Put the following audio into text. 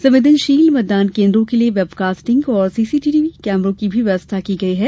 संवेदनशील मतदान केन्द्रों के लिये बेवकास्टिंग और सीसीटीवी कैमरों की भी व्यवस्था की गयी है